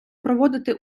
проводити